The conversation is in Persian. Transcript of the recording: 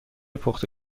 پخته